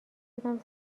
شدم